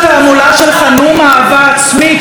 שכרגיל עבר להסתה רגילה,